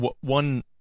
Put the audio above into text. one